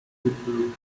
peru